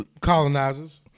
colonizers